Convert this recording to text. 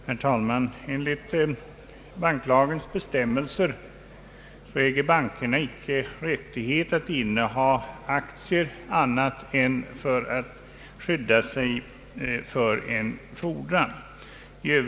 Herr talman! Enligt banklagens bestämmelser äger bankerna inte rättighet att inneha aktier annat än för att skydda sig för en fordran.